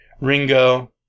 Ringo